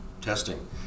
testing